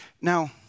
Now